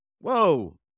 Whoa